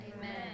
Amen